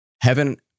heaven